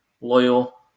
loyal